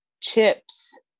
chips